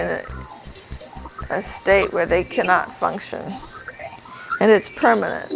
in a state where they cannot function and it's permanent